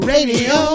Radio